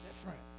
different